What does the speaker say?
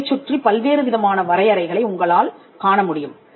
இதைச் சுற்றி பல்வேறுவிதமான வரையறைகளை உங்களால் காண முடியும்